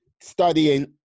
studying